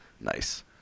nice